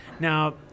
Now